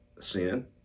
sin